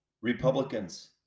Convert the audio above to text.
republicans